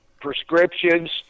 prescriptions